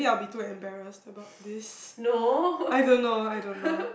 no